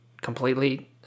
Completely